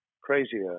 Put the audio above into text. crazier